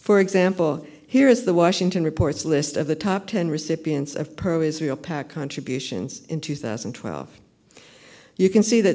for example here is the washington report's a list of the top ten recipients of pro israel pac on tribulations in two thousand and twelve you can see that